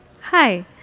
Hi